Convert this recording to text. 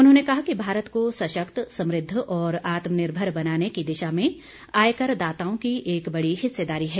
उन्होंने कहा कि भारत को सशक्त समृद्ध और आत्मनिर्भर बनाने की दिशा में आयकरदाताओं की एक बड़ी हिस्सेदारी है